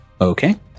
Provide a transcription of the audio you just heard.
Okay